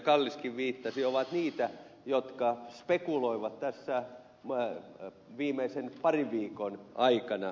kalliskin viittasi ovat niitä jotka spekuloivat tässä viimeisen parin viikon aikana